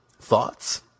Thoughts